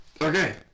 Okay